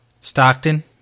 Stockton